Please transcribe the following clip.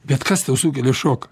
bet kas tau sukelia šoką